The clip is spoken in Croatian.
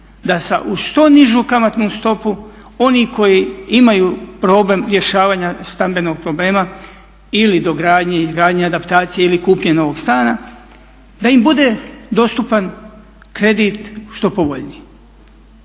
da uz što nižu kamatnu stopu onih koji imaju problem rješavanja stambenog problema ili dogradnje, izgradnje, adaptacije ili kupnje novog stana da im bude dostupan kredit što povoljniji.